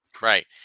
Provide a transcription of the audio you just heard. Right